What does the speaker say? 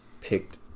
picked